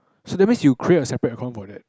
so that means you create a separate account for that